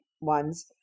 ones